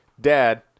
Dad